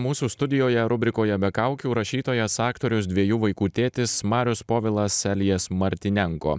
mūsų studijoje rubrikoje be kaukių rašytojas aktorius dviejų vaikų tėtis marius povilas elijas martynenko